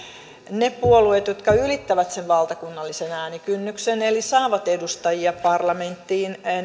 puolueiden kohdalla jotka ylittävät sen valtakunnallisen äänikynnyksen eli saavat edustajia parlamenttiin